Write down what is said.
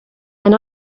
and